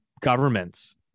governments